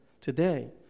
Today